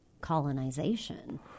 colonization